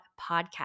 podcast